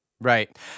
Right